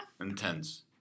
Intense